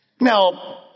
Now